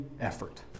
effort